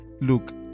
look